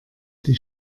die